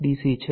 C છે